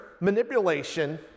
manipulation